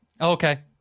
Okay